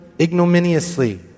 ignominiously